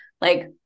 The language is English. Like-